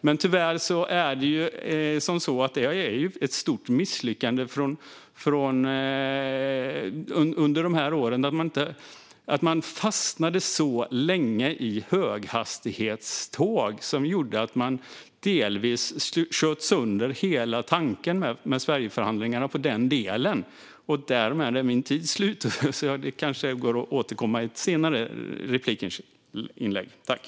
Men tyvärr var det ett stort misslyckande under de här åren att man fastnade så länge i höghastighetståg. Det gjorde att man delvis sköt sönder hela tanken med Sverigeförhandlingen i den delen. Därmed är min tid slut, men det kanske går att återkomma i ett senare replikskifte.